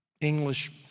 english